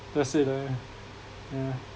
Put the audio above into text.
that's it right yeah